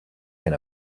can